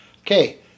Okay